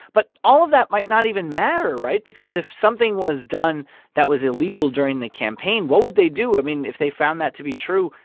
but all of that might not even matter right? because if something was done that was illegal during the campaign, what would they do? i mean, if they found that to be true,